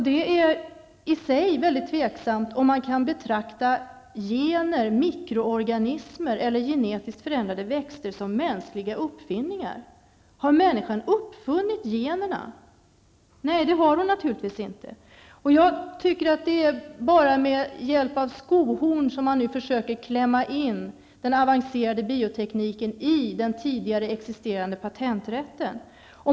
Det är i sig mycket osäkert om man kan betrakta gener, mikroorganismer eller genetiskt förändrade växter som mänskliga uppfinningar. Har människan uppfunnit generna? Nej, det har hon naturligtvis inte gjort. Jag tycker att det är med hjälp av bara skohorn som man nu försöker klämma in den avancerade biotekniken i den tidigare existerande patenträtten.